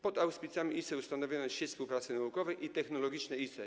Pod auspicjami ISE ustanowiono Sieć Współpracy Naukowej i Technologicznej ISE.